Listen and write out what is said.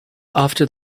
after